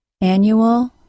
annual